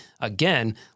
again